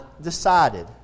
decided